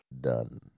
Done